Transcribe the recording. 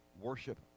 worship